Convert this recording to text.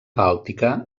bàltica